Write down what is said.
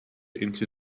into